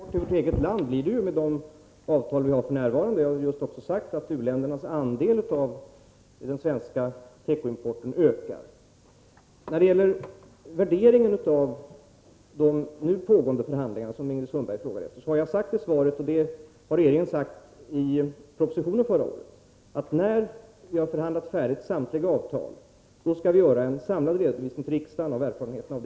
Herr talman! Med de nuvarande avtalen blir det ju en ökning av exporten till vårt eget land. Jag har också sagt att u-ländernas andel av den svenska tekoimporten ökar. När det gäller värderingen av de nu pågående förhandlingarna, som Ingrid Sundberg talade om, vill jag framhålla att jag skriver i svaret — och regeringen sade detsamma i propositionen förra året — att när samtliga avtal färdigbehandlats skall det för riksdagen göras en samlad redovisning av erfarenheterna.